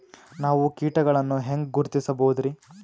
ನಾವು ಕೀಟಗಳನ್ನು ಹೆಂಗ ಗುರುತಿಸಬೋದರಿ?